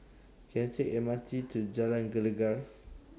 Can I Take M R T to Jalan Gelegar